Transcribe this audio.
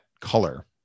color